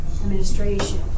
administration